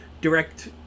direct